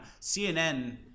CNN